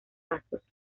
pasos